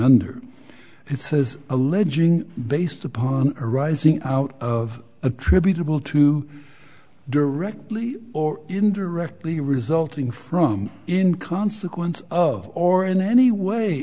under it says alleging based upon arising out of attributable to directly or indirectly resulting from in consequence oh or in any way